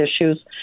issues